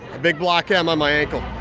big block m on my ankle